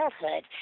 childhood